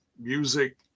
Music